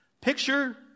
Picture